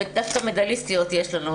דווקא מדליסטיות יש לנו.